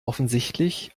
offensichtlich